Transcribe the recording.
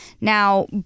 Now